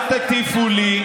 אל תטיפו לי,